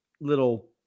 little